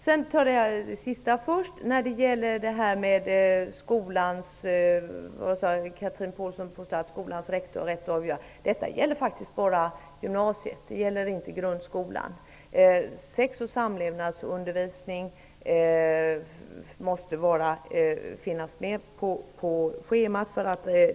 Chatrine Pålsson påstod någonting om skolan och rektors ansvar, men detta gäller faktiskt bara gymnasiet. Det gäller inte grundskolan. Sex och samlevnadsundervisning måste finnas med på schemat.